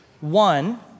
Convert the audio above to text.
one